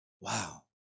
Wow